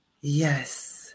Yes